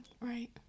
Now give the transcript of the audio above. Right